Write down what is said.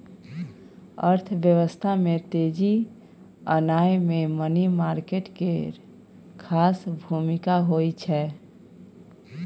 अर्थव्यवस्था में तेजी आनय मे मनी मार्केट केर खास भूमिका होइ छै